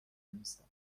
نیستم